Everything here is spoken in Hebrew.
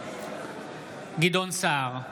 גדעון סער,